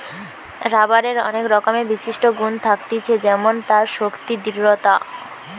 রাবারের অনেক রকমের বিশিষ্ট গুন থাকতিছে যেমন তার শক্তি, দৃঢ়তা